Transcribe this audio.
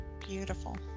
Beautiful